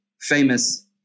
famous